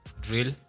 Drill